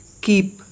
keep